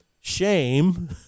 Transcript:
shame